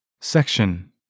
Section